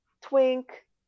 twink